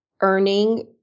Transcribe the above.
earning